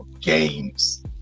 games